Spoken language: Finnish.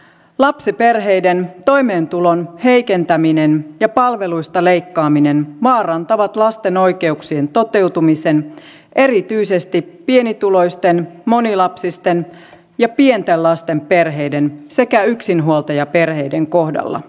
lapsiperheiden toimeentulon heikentäminen ja palveluista leikkaaminen vaarantavat lasten oikeuksien toteutumisen erityisesti pienituloisten monilapsisten ja pienten lasten perheiden sekä yksinhuoltajaperheiden kohdalla